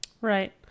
right